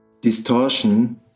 Distortion